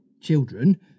children